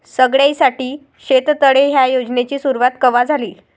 सगळ्याइसाठी शेततळे ह्या योजनेची सुरुवात कवा झाली?